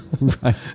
Right